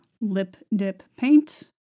Lip-dip-paint